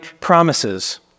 promises